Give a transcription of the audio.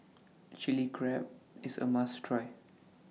Chilli Crab IS A must Try